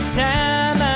time